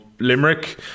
Limerick